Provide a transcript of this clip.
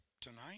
tonight